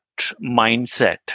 mindset